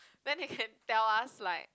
then they can tell us like